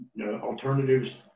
alternatives